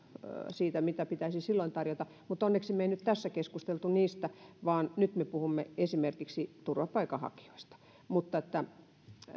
siitä mitä pitäisi silloin tarjota mutta onneksi me emme nyt tässä keskustelleet niistä vaan nyt me puhumme esimerkiksi turvapaikanhakijoista mutta